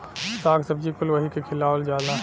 शाक सब्जी कुल वही के खियावल जाला